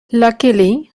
luckily